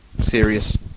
serious